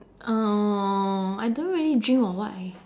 uh I don't really dream of what eh